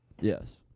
yes